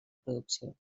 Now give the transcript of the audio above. producció